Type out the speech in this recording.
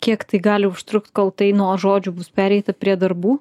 kiek tai gali užtrukt kol tai nuo žodžių bus pereita prie darbų